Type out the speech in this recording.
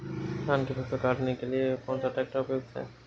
धान की फसल काटने के लिए कौन सा ट्रैक्टर उपयुक्त है?